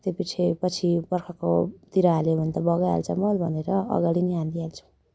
त्योपछि पछि बर्खाको तिर हाल्यो भने त बगाइहाल्छ मल त्यो भनेर अगाडि नै हालिहाल्छौँ